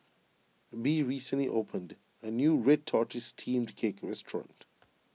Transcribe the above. Bea recently opened a new Red Tortoise Steamed Cake Restaurant